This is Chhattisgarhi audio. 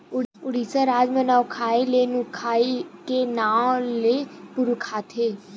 उड़ीसा राज म नवाखाई ल नुआखाई के नाव ले पुकारथे